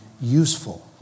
useful